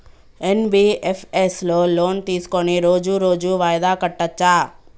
NBFS లో loan తీస్కొని రోజు రోజు వాయిదా కట్టచ్ఛా?